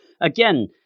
Again